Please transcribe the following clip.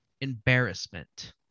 embarrassment